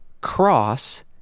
cross